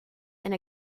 and